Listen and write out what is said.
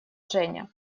женя